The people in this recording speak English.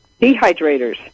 dehydrators